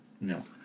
no